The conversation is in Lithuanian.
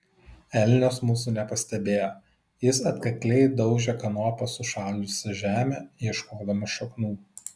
elnias mūsų nepastebėjo jis atkakliai daužė kanopa sušalusią žemę ieškodamas šaknų